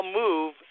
move